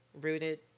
rooted